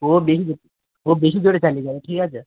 ও বেশি জোরে চালিয়ে যাবে ঠিক আছে